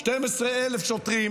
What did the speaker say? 12,000 שוטרים